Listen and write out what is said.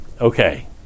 Okay